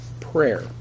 prayer